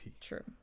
True